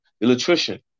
Electrician